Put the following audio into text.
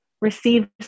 receive